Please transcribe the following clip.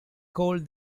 called